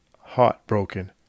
heartbroken